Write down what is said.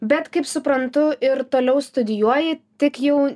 bet kaip suprantu ir toliau studijuoji tik jau